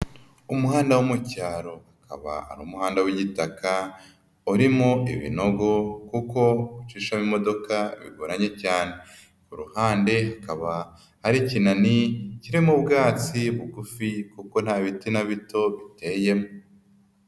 Umuhanda wo mu cyaro ukaba ari umuhanda w'igitaka ,urimo ibinogo kuko gucishamo imodoka bigoranye cyane. Ku ruhande hakaba hari ikinani kirimo ubwatsi bugufi kuko nta biti na bito biteyemo.